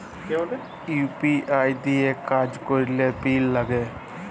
UPI দিঁয়ে কাজ ক্যরলে পিল লাগে